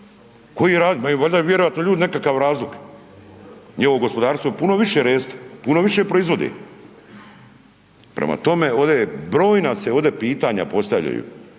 je razlog, imaju vjerojatno ljudi nekakav razlog, njiovo gospodarstvo puno više reste, puno više proizvodi. Prema tome, ovdje je, brojna se ovdje pitanja postavljaju,